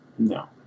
No